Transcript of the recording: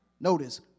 Notice